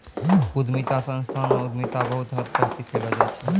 उद्यमिता संस्थान म उद्यमिता बहुत हद तक सिखैलो जाय छै